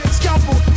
scalpel